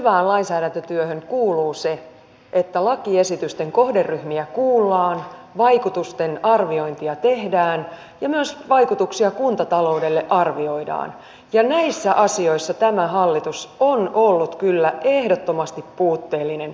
hyvään lainsäädäntötyöhön kuuluu se että lakiesitysten kohderyhmiä kuullaan vaikutusarviointia tehdään ja myös vaikutuksia kuntatalouteen arvioidaan ja näissä asioissa tämä hallitus on ollut kyllä ehdottomasti puutteellinen